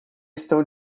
estão